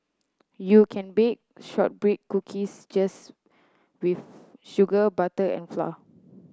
you can bake shortbread cookies just with sugar butter and flour